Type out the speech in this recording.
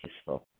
peaceful